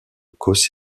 causse